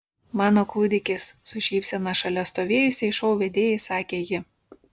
mano kūdikis su šypsena šalia stovėjusiai šou vedėjai sakė ji